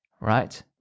right